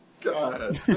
God